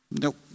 nope